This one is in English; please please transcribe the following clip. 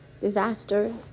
disaster